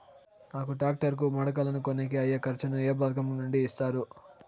నాకు టాక్టర్ కు మడకలను కొనేకి అయ్యే ఖర్చు ను ఏ పథకం నుండి ఇస్తారు?